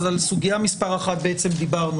על סוגיה מספר 1 דיברנו.